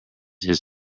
his